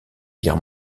guerre